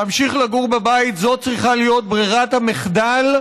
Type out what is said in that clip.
להמשיך לגור בבית זו צריכה להיות ברירת המחדל,